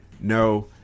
no